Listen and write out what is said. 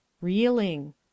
Reeling